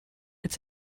its